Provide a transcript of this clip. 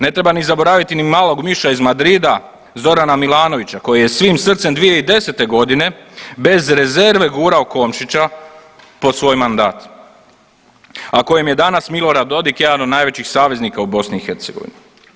Ne treba ni zaboraviti ni malog miša iz Madrida Zorana Milanovića koji je svim srcem 2010.g. bez rezerve gurao Komšića pod svoj mandat, a kojem je danas Milorad Dodik jedan od najvećih saveznika u BiH.